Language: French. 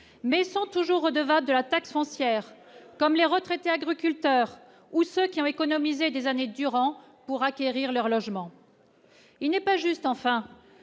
mais sans toujours redevables de la taxe foncière comme les retraités, agriculteurs ou ceux qui ont économisé des années durant pour acquérir leur logement, il n'est pas juste enfin